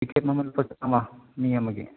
ticket ꯃꯃꯜ ꯂꯨꯄꯥ ꯆꯥꯝꯃ ꯃꯤ ꯑꯃꯒꯤ